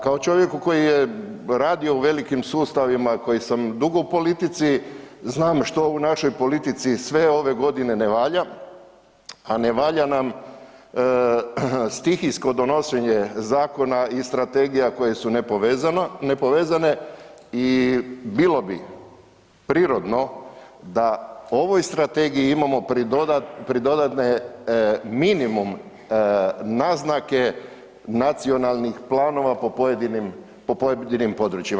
Kao čovjeku koji je radio u velikim sustavima koji sam dugo u politici znam što u našoj politici sve ove godine ne valja, a ne valja nam stihijsko donošenje zakona i strategija koje su nepovezane i bilo bi prirodno da ovoj strategiji imamo pridodane minimum naznake nacionalnih planova po pojedinim područjima.